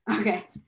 Okay